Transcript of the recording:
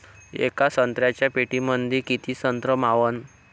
येका संत्र्याच्या पेटीमंदी किती संत्र मावन?